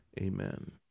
amen